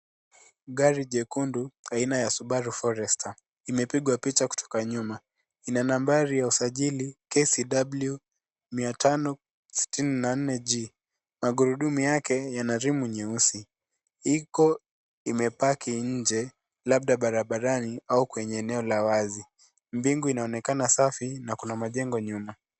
Gari jekundu aina ya Subaru Forester imepigwa picha kutoka nyuma. Ina nambari ya usajili KCW 564G. Magurudumu yake yana rimu nyeusi. Iko imepaki nje labda barabarani au kwenye eneo la wazi. Mbingu inaonekana safi na kuna majengo nyuma.